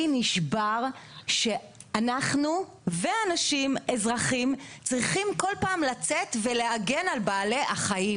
לי נשבר שאנחנו והאנשים אזרחים צריכים כל פעם לצאת ולהגן על בעלי החיים,